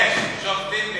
יש שופטים בישראל,